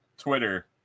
Twitter